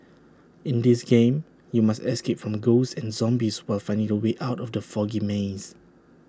in this game you must escape from ghosts and zombies while finding the way out of the foggy maze